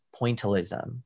Pointillism